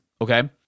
okay